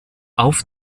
auf